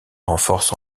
renforce